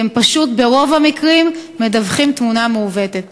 כי הם פשוט ברוב המקרים מדווחים תמונה מעוותת.